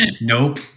Nope